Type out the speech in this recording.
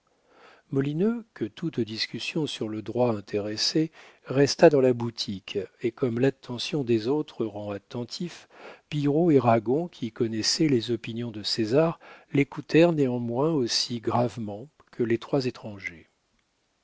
molineux que toute discussion sur le droit intéressait resta dans la boutique et comme l'attention des autres rend attentif pillerault et ragon qui connaissaient les opinions de césar l'écoutèrent néanmoins aussi gravement que les trois étrangers